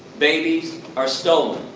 babies are stolen.